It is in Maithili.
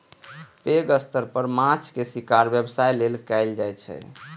पैघ स्तर पर माछक शिकार व्यवसाय लेल कैल जाइ छै